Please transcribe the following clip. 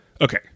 okay